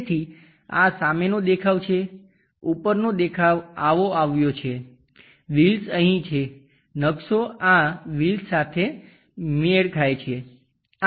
તેથી આ સામેનો દેખાવ છે ઉપરનો દેખાવ આવો આવ્યો છે વ્હીલ્સ અહીં છે નકશો આ વ્હીલ્સ સાથે મેળ ખાય છે